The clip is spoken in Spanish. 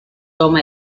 toma